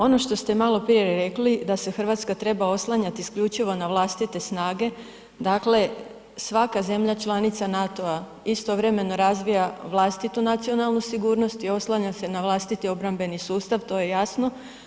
Ono što ste maloprije rekli da se Hrvatska treba oslanjati isključivo na vlastite snage, dakle, svaka zemlja članica NATO-a istovremeno razvija vlastitu nacionalnu sigurnost i oslanja se na vlastiti obrambeni sustav, to je jasno.